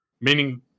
Meaning